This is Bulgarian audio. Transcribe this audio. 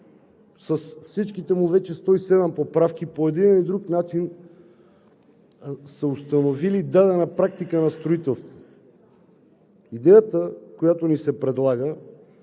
с всичките му вече 107 поправки по един или друг начин са установили дадена практика на строителство. Идеята, която ни се предлага,